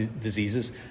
diseases